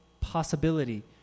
possibility